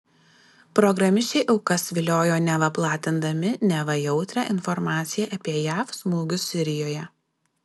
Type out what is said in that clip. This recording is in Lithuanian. programišiai aukas viliojo neva platindami neva jautrią informaciją apie jav smūgius sirijoje